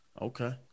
Okay